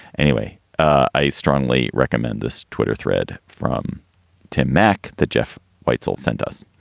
anyway, i strongly recommend this twitter thread from tim mak, the jeff weitzel sent us.